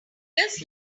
just